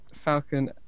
Falcon